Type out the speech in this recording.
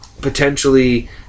potentially